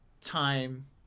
time